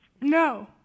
No